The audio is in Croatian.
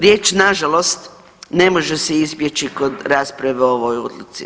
Riječ na žalost ne može se izbjeći kod rasprave o ovoj odluci.